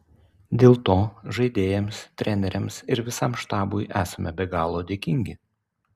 dėl to žaidėjams treneriams ir visam štabui esame be galo dėkingi